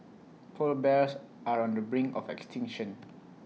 Polar Bears are on the brink of extinction